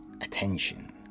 attention